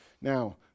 Now